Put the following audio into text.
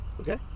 Okay